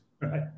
right